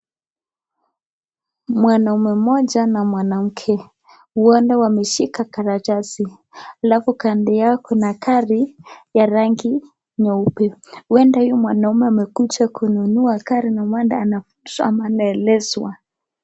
Mwanaume moja na mwanamke mwana ameshika karatasi alafu kando yao kuna gari ya rangi nyeupe huenda huyu mwanaume amekuja kununua gari na huenda anaelezwa.